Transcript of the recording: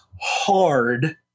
hard –